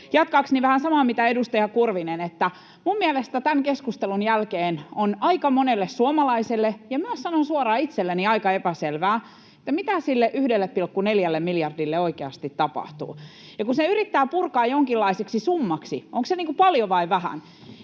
jatkaakseni vähän samaa kuin edustaja Kurvinen. Minun mielestäni tämän keskustelun jälkeen on aika monelle suomalaiselle — ja sanon suoraan, myös itselleni — aika epäselvää, mitä sille 1,4 miljardille oikeasti tapahtuu. Ja kun sen yrittää purkaa jonkinlaiseksi summaksi, onko se paljon vai vähän,